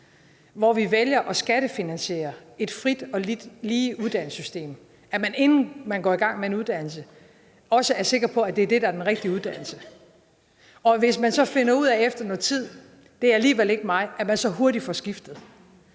hvor vi vælger at skattefinansiere et frit og lige uddannelsessystem, kunne man så ikke, inden man går i gang med en uddannelse, være sikker på, at det er det, der er den rigtige uddannelse? Hvis man så efter nogen tid finder ud af, at det alligevel ikke er noget for en, så får man hurtigt skiftet.